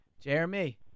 Jeremy